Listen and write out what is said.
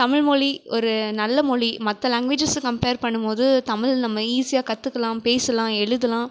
தமிழ் மொழி ஒரு நல்ல மொழி மற்ற லேங்குவேஜஸ்ஸை கம்பேர் பண்ணும் போது தமிழ் நம்ம ஈஸியாக கற்றுக்குலாம் பேசலாம் எழுதலாம்